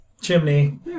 chimney